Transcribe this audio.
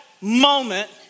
moment